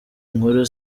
nkuru